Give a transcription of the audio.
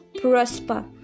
prosper